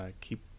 Keep